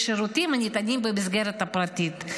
לשירותים הניתנים במסגרת הפרטית.